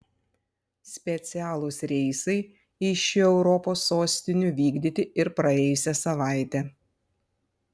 specialūs reisai iš šių europos sostinių vykdyti ir praėjusią savaitę